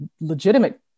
legitimate